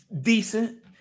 Decent